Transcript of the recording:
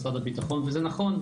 משרד הביטחון וזה נכון.